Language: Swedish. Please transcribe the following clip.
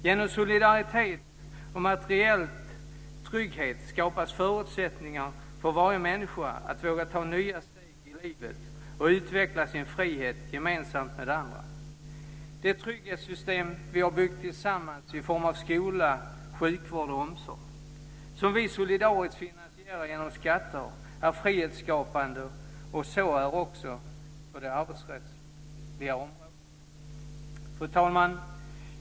Genom solidaritet och materiell trygghet skapas förutsättningar för varje människa att våga ta nya steg i livet och utveckla sin frihet gemensamt med andra. De trygghetssystem som vi har byggt upp tillsammans i form av skola, sjukvård och omsorg och som vi solidariskt finansierar genom skatter är frihetsskapande, och så är det också på det arbetsrättsliga området. Fru talman!